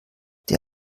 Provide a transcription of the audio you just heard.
der